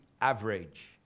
average